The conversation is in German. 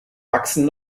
wachsen